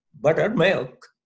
buttermilk